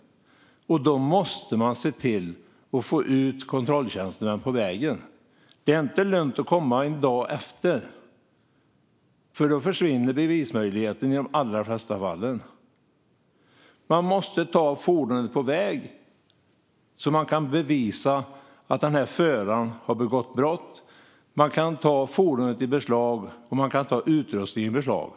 Då måste man se till att få ut kontrolltjänsterna på vägen. Det är inte lönt att komma en dag efter, eftersom bevismöjligheterna i de allra flesta fall då har försvunnit. Man måste ta fordonen på vägen så att man kan bevisa att föraren har begått ett brott. Man kan då ta fordonet och utrustningen i beslag.